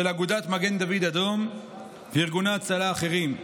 של אגודת מגן דוד אדום וארגוני הצלה אחרים,